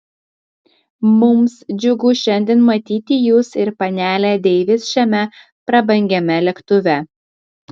mums džiugu šiandien matyti jus ir panelę deivis šiame prabangiame lėktuve